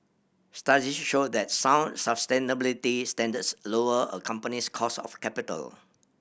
studies show that sound sustainability standards lower a company's cost of capital